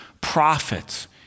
prophets